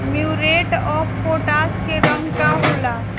Muriate of potash के रंग का होला?